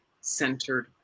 centered